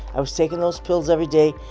i was taking those pills every day.